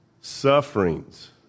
sufferings